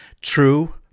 true